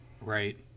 Right